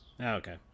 Okay